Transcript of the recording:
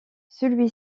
celui